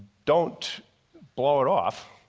don't blow it off,